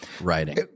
writing